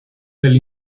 del